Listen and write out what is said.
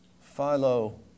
Philo